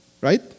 Right